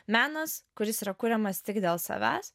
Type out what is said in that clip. menas kuris yra kuriamas tik dėl savęs